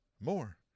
more